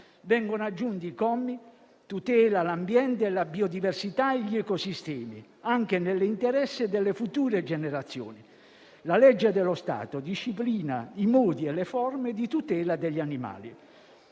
vengono aggiunti i commi: «Tutela l'ambiente, la biodiversità e gli ecosistemi, anche nell'interesse delle future generazioni. La legge dello Stato disciplina i modi e le forme di tutela degli animali».